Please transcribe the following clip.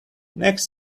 next